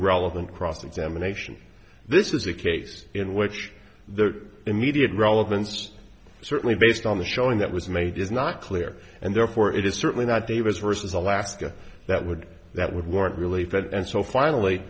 relevant cross examination this is a case in which the immediate relevance certainly based on the showing that was made is not clear and therefore it is certainly not davis versus alaska that would that would warrant relief and so finally